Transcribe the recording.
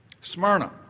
Smyrna